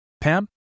Pam